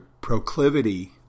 proclivity